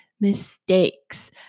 mistakes